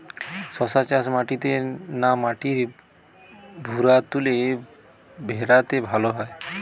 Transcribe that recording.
শশা চাষ মাটিতে না মাটির ভুরাতুলে ভেরাতে ভালো হয়?